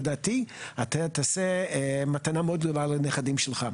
לדעתי אתה תעשה מתנה מאוד גדולה לנכדים שלך,